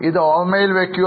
ഇത് ഓർമ്മയിൽ വെക്കുക